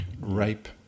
rape